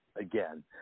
again